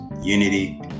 unity